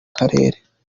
karere